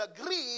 agree